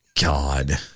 God